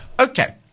Okay